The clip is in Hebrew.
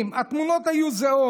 זו דמגוגיה.